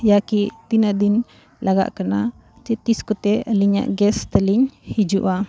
ᱤᱭᱟ ᱠᱤ ᱛᱤᱱᱟᱹᱜ ᱫᱤᱱ ᱞᱟᱜᱟᱜ ᱠᱟᱱᱟ ᱛᱤᱸᱥ ᱠᱚᱛᱮ ᱟᱹᱞᱤᱧᱟᱜ ᱜᱮᱥ ᱛᱮᱞᱤᱧ ᱦᱤᱡᱩᱜᱼᱟ